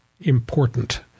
important